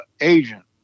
agent